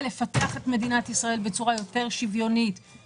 מתי החשמול אמור להסתיים?